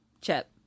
Chip